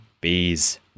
bees